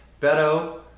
Beto